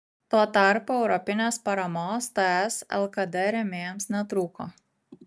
tuo tarpu europinės paramos ts lkd rėmėjams netrūko